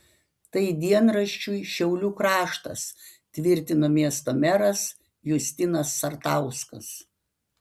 tai dienraščiui šiaulių kraštas tvirtino miesto meras justinas sartauskas